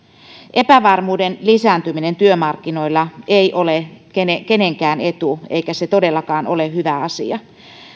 epävarmuuden lisääntyminen työmarkkinoilla ei ole kenenkään kenenkään etu eikä se todellakaan ole hyvä asia